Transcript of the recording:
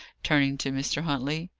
turning to mr. huntley.